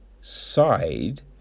side